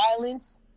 violence